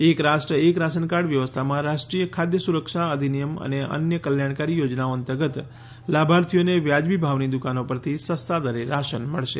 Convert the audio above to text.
એક રાષ્ટ્ર એક રાશન કાર્ડ વ્યવસ્થામાં રાષ્ટ્રીય ખાદ્ય સુરક્ષા અધિનિયમ અને અન્ય કલ્યાણકારી યોજનાઓ અંતર્ગત લાભાર્થીઓને વાજબી ભાવની દુકાનો પરથી સસ્તા દરે રાશન મળશે